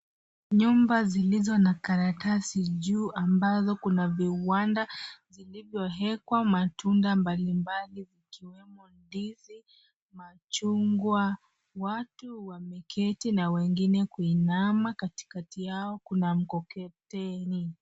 Nyumba zilizo na karatasi juu ambazo kuna viwanda vilivyo wekwa matunda mbalimbali ikiwemo ndizi, machungwa. Watu wameketi na wengine kuinama. Katikati yao kuna mkokoteni.